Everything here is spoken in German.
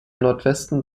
nordwesten